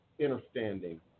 understanding